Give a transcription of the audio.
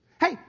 Hey